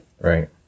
Right